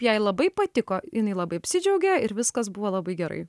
jai labai patiko jinai labai apsidžiaugė ir viskas buvo labai gerai